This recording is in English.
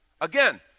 Again